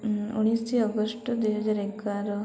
ଉଣେଇଶି ଅଗଷ୍ଟ ଦୁଇହଜାର ଏଗାର